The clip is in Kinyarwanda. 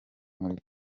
muri